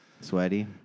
Sweaty